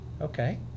Okay